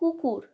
কুকুর